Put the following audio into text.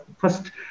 first